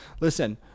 listen